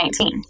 2019